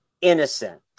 innocent